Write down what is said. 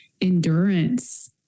endurance